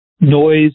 noise